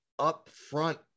upfront